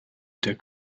der